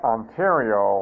Ontario